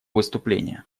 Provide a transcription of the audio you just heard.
выступление